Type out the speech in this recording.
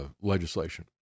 legislation